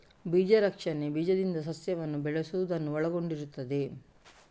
ಬೀಜ ರಕ್ಷಣೆ ಬೀಜದಿಂದ ಸಸ್ಯವನ್ನು ಬೆಳೆಸುವುದನ್ನು ಒಳಗೊಂಡಿರುತ್ತದೆ